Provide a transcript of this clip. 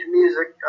music